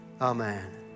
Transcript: amen